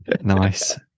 nice